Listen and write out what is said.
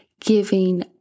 giving